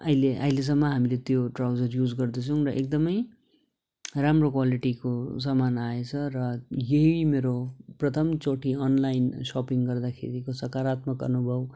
अहिले अहिलेसम्म हामीले त्यो ट्राउजर्स युस गर्दैछौँ र एकदमै राम्रो क्वालिटीको सामान आएछ र यही मेरो प्रथम चोटि अनलाइन सपिङ गर्दाखेरिको सकरात्मक अनुभव